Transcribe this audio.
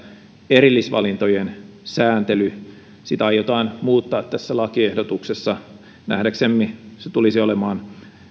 erillisvalintojen sääntelyä aiotaan muuttaa tässä lakiehdotuksessa nähdäksemme se tulisi olemaan